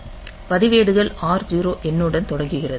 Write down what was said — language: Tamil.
பதிவேடுகள் R0 எண்ணுடன் தொடங்குகிறது